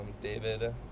David